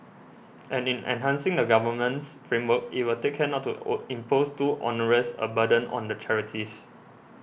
and in enhancing the governance framework it will take care not to or impose too onerous a burden on the charities